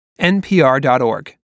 NPR.org